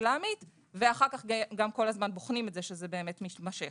העמית ואחר כך גם כל הזמן בוחנים את זה שזה באמת מתמשך.